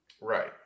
Right